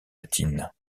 latine